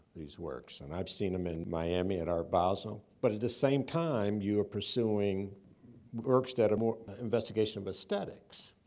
these works. and i've seen them in miami at art basel. but at the same time, you are pursuing works that are more investigation of aesthetics.